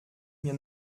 mir